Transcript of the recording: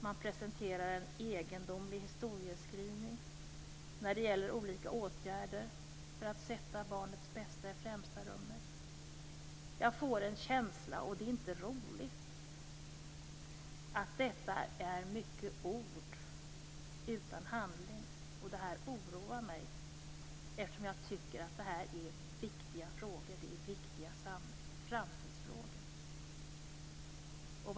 Man presenterar en egendomlig historieskrivning när det gäller olika åtgärder för att sätta barnens bästa i främsta rummet. Jag får en känsla av - och det är inte roligt - att detta är ord utan handling bakom. Detta oroar mig, eftersom jag tycker att detta är viktiga framtidsfrågor.